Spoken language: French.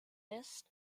est